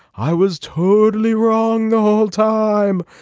i was totally wrong the whole time.